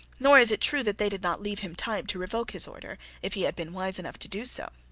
nor is it true that they did not leave him time to revoke his order if he had been wise enough to do so.